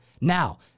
Now